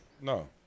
No